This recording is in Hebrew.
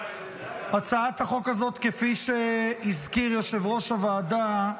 הצעת החוק הזאת, כפי שהזכיר יושב-ראש הוועדה,